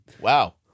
Wow